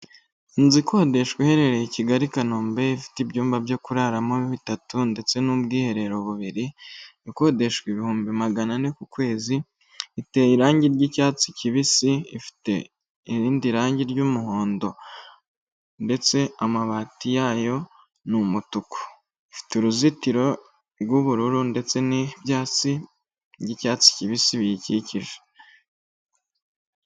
Inzu ikodeshwa iherereye I Kigali Kanombe ifite ibyumba byo kuraramo bitatu ndetse n'ubwiherero bubiri ikodeshwa ibihumbi magana ane ku kwezi iteye irangi ry'icyatsi kibisi ifite irindi rangi ry'umuhondo ndetse amabati yayo ni umutuku ifite uruzitiro rw'ubururu ndetse n'ibyatsi by'icyatsi kibisi biyikikije.